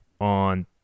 on